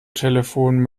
telefon